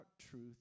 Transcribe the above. truth